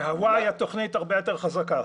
בהוואי התוכנית הרבה יותר חזקה.